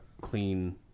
clean